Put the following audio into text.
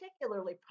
particularly